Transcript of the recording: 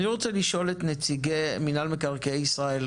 אני רוצה לשאול את נציגי מנהל מקרקעי ישראל,